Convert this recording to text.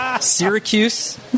Syracuse